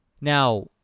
Now